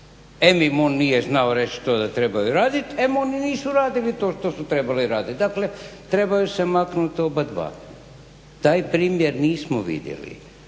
Em im on nije znao reći što trebaju raditi, em oni nisu radili to što su trebali raditi. Dakle, trebaju se maknuti obojica. Taj primjer nismo vidjeli,